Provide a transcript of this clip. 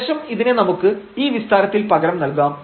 ശേഷം ഇതിനെ നമുക്ക് ഈ വിസ്താരത്തിൽ പകരം നൽകാം